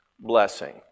blessing